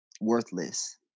worthless